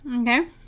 Okay